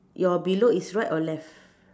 your below is right or left